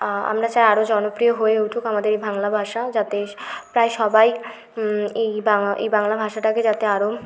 আমরা চাই আরো জনপ্রিয় হয়ে উঠুক আমাদের এই বাংলা ভাষা যাতে প্রায় সবাই এই বাংলা এই বাংলা ভাষাটাকে যাতে আরো